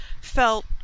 felt